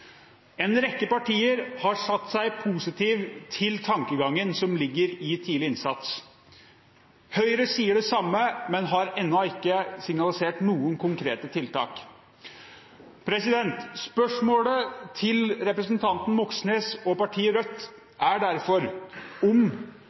En rekke partier har sagt seg positiv til tankegangen som ligger i tidlig innsats. Høyre sier det samme, men har ennå ikke signalisert noen konkrete tiltak. Spørsmålet til representanten Moxnes og partiet Rødt